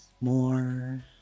more